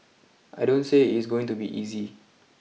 I don't say it's going to be easy